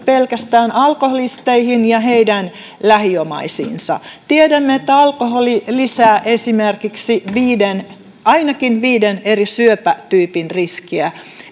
pelkästään alkoholisteihin ja heidän lähiomaisiinsa tiedämme että alkoholi lisää esimerkiksi ainakin viiden eri syöpätyypin riskiä